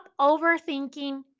overthinking